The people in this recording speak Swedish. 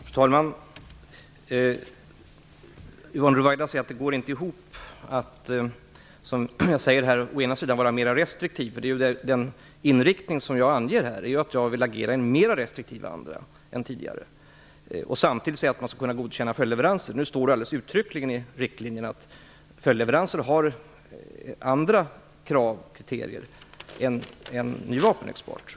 Fru talman! Yvonne Ruwaida menar att det inte går ihop att, som jag här säger, å ena sidan vara mer restriktiv - den inriktning som jag här anger är ju att jag vill agera i en mer restriktiv anda än tidigare - och andra sidan godkänna följdleveranser. Nu står det uttryckligen i riktlinjerna att det för följdleveranser gäller andra kriterier än för ny vapenexport.